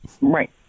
Right